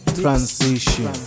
transition